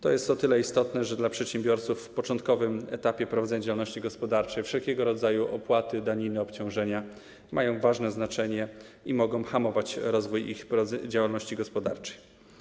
To jest o tyle istotne, że dla przedsiębiorców na początkowym etapie prowadzenia działalności gospodarczej wszelkiego rodzaju opłaty, daniny, obciążenia mają ważne znaczenie i mogą hamować rozwój ich działalności gospodarczej.